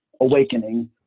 awakening